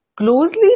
closely